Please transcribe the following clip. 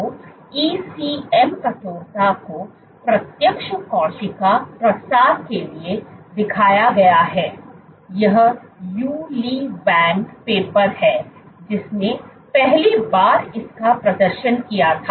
तो ECM कठोरता को प्रत्यक्ष कोशिका प्रसार के लिए दिखाया गया हैयह यू ली वैंग पेपर है जिसने पहली बार इसका प्रदर्शन किया था